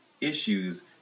issues